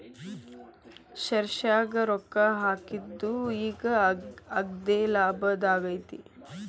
ಶೆರ್ನ್ಯಾಗ ರೊಕ್ಕಾ ಹಾಕಿದ್ದು ಈಗ್ ಅಗ್ದೇಲಾಭದಾಗೈತಿ